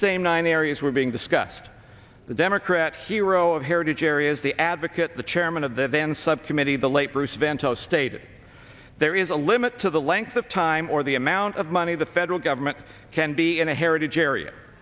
same nine areas were being discussed the democrats hero of heritage areas the advocate the chairman of the then subcommittee the late bruce vento stated there is a limit to the length of time or the amount of money the federal government can be in a heritage area